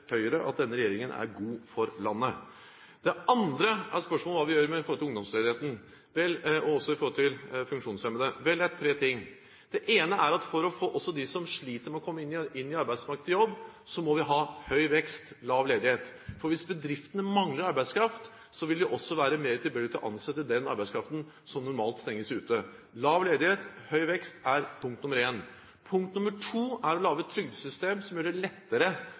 at denne regjeringen er god for landet. Det andre er spørsmålet om hva vi gjør når det gjelder ungdomsledigheten og funksjonshemmede. Det er tre ting. Det ene er at for å få også dem som sliter med å komme inn i arbeidsmarkedet, i jobb, må vi ha høy vekst og lav ledighet. Hvis bedriftene mangler arbeidskraft, vil de også være mer tilbøyelige til å ansette den arbeidskraften som normalt stenges ute. Lav ledighet og høy vekst er punkt nr. 1. Punkt nr. 2 er å lage et trygdesystem som gjør det lettere å kombinere arbeid og trygd. Den uførepensjonen vi nå har lagt fram, gjør det vesentlig lettere